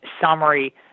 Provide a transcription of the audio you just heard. summary